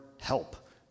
help